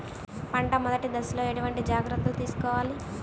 పంట మెదటి దశలో ఎటువంటి జాగ్రత్తలు తీసుకోవాలి?